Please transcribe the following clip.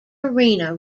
arena